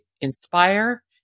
inspire